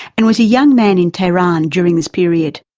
and was a young man in tehran during this period.